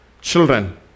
children